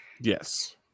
Yes